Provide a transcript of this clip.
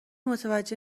متوجه